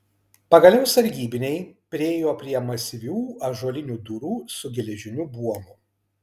pagaliau sargybiniai priėjo prie masyvių ąžuolinių durų su geležiniu buomu